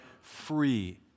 free